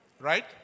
Right